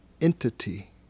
entity